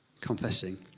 confessing